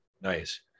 Nice